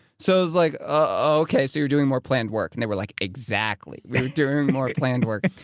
so was like ah okay, so you're doing more planned work? they were like exactly, we're doing more planned work.